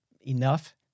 enough